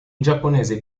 giapponese